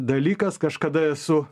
dalykas kažkada esu